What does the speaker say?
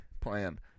plan